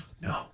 No